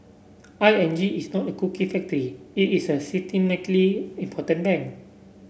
I N G is not a cookie factory it is a systemically important bank